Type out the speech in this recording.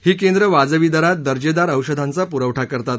ही केंद्रं वाजवी दरात दर्जेदार औषधांचा पुरवठा करतात